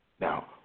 Now